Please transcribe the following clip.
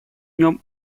нем